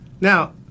Now